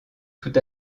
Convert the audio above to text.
tout